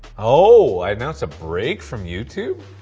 oh! i announced a break from youtube?